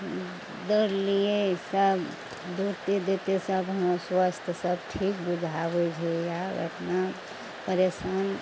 दौड़लियै सब दौड़ते दौड़तै सब स्वास्थ सब ठीक बुझाबै छै आब अपना परेशान